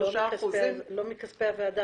ל-33% --- לא מכספי הוועדה.